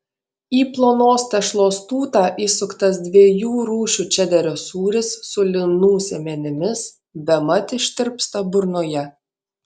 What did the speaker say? į plonos tešlos tūtą įsuktas dviejų rūšių čederio sūris su linų sėmenimis bemat ištirpsta burnoje